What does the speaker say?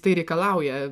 tai reikalauja